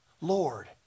Lord